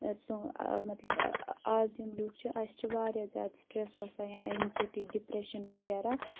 سون مطلب آز یِم لوٗکھ چھ اسہِ چھِ واریاہ زِیادٕ سٹریس آسان یا ایٚزایٹی ڈِپریشَن وَغیٖرہ